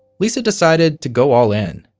lisa decided to go all in.